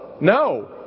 No